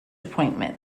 appointments